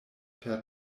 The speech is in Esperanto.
per